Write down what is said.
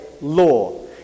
law